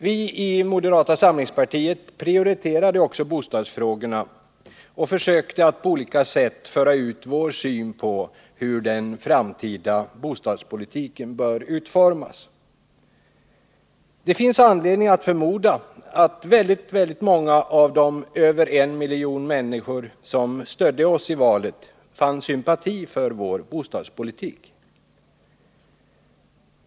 Vi i moderata samlingspartiet prioriterade också bostadsfrågorna och försökte på olika sätt föra ut vår syn på hur den framtida bostadspolitiken bör utformas. Det finns anledning att förmoda att många av de över 1 miljon människor som stödde oss i valet fann sympati för vår bostadspolitik.